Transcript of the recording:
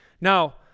Now